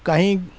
کہیں